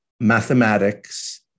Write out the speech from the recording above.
mathematics